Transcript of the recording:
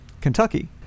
Kentucky